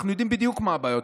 אנחנו יודעים בדיוק מה הבעיות,